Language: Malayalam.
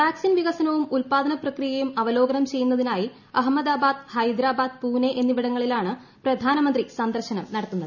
വാക്സിൻ വികസനവും ഉൽപാദന പ്രക്രിയയും അവലോകനം ചെയ്യുന്നതിനായി അഹമ്മദാബാദ് ഹൈദരാബാദ് പൂനെ എന്നിവിടങ്ങളിലാണ് പ്രധാനമന്ത്രി സന്ദർശനം നടത്തുന്നത്